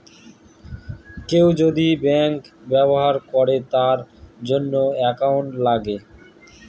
কেউ যদি ব্যাঙ্ক ব্যবহার করে তার জন্য একাউন্ট লাগে